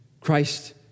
Christ